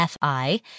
FI